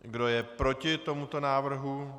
Kdo je proti tomuto návrhu?